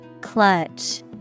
Clutch